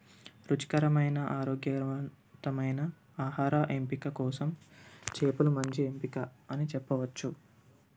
రుచికరమైన ఆరోగ్యవంతమైన ఆహార ఎంపిక కోసం చేపలు మంచి ఎంపిక అని చెప్పవచ్చు